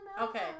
Okay